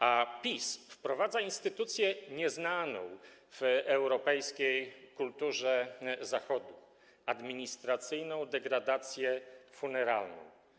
A PiS wprowadza instytucję nieznaną w europejskiej kulturze Zachodu - administracyjną degradację funeralną.